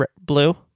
blue